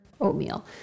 oatmeal